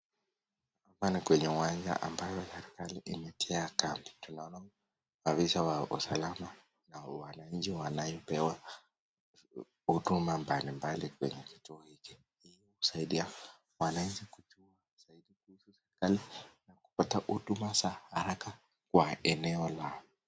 Hapa ni kwenye uwanja ambayo serikali imeeka kando, tunaona maafisa wa usalama na wananchi wanaopewa huduma mbalimbali akimsaidia mwananchi kupata huduma mbalimbali kwa haraka kwa eneo Lao.